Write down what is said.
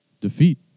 defeat